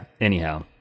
anyhow